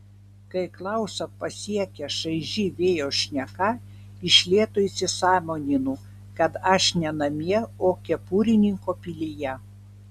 kai klausą pasiekia šaiži vėjo šneka iš lėto įsisąmoninu kad aš ne namie o kepurininko pilyje